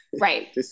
Right